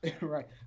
Right